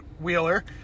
Wheeler